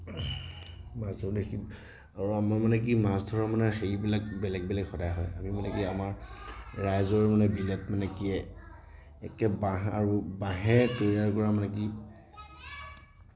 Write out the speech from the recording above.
মোৰ মানে কি মাছ ধৰা মানে হেৰিবিলাক বেলেগ বেলেগ সদায় হয় আমি মানে কি আমাৰ ৰাইজৰ মানে বেলেগ মানে কি একে বাঁহ আৰু বাঁহেৰে তৈয়াৰ কৰা মানে কি